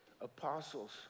apostles